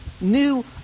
new